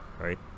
right